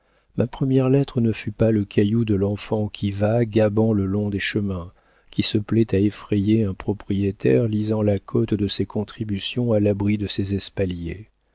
ma première lettre ne fut pas le caillou de l'enfant qui va gabant le long des chemins qui se plaît à effrayer un propriétaire lisant la cote de ses contributions à l'abri de ses espaliers